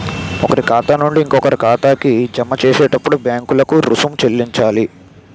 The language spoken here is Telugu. ఒకరి ఖాతా నుంచి ఇంకొకరి ఖాతాకి జమ చేసేటప్పుడు బ్యాంకులకు రుసుం చెల్లించాలి